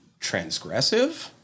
transgressive